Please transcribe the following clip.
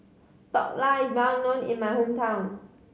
Dhokla is well known in my hometown